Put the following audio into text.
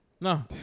No